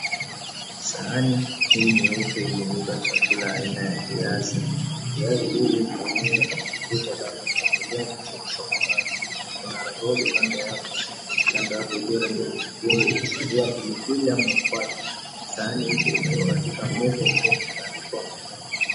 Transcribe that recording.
Sahani hii nyeupe imebeba chakula aina ya viazi. Yaani hii inaonekana kama picha baada ya kupikwa na kukatwa kwa baadhi. Kuna roho upande wa hapa. Upande hapo iliyo rangi ya kijivu. Sahani hicho imewekwa katika meza iliyo kutandikwa tandiko.